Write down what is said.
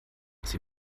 sie